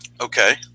okay